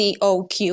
COQ